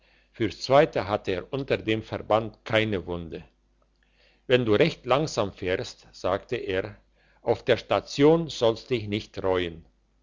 fürs zweite hatte er unter dem verband keine wunde wenn du recht langsam fahrst sagte er auf der station soll's dich nicht reuen